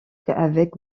avec